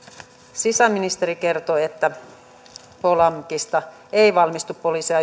sisäministeri kertoi että polamkista ei valmistu poliiseja